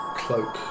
cloak